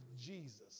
Jesus